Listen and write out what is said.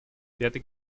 пятый